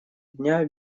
дня